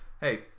Hey